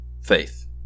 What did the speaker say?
faith